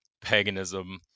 paganism